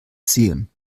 sehen